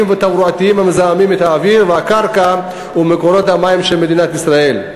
ותברואתיים המזהמים את האוויר והקרקע ומקורות המים של מדינת ישראל.